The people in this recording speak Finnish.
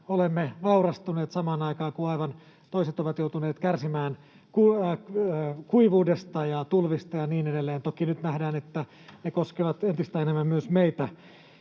Olemme vaurastuneet samaan aikaan, kun aivan toiset ovat joutuneet kärsimään kuivuudesta ja tulvista ja niin edelleen. Toki nyt nähdään, että ne koskevat entistä enemmän myös meitä.